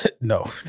No